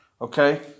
Okay